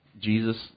Jesus